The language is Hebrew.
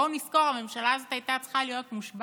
בוא נזכור: הממשלה הזאת הייתה צריכה להיות מושבעת